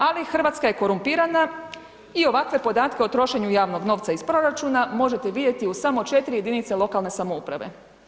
Ali, Hrvatska je korumpirana i ovakve podatke o trošenju javnog novca iz proračuna možete vidjeti u samo 4 jedinice lokalne samouprave.